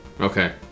Okay